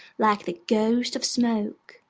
like the ghost of smoke.